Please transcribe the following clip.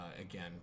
again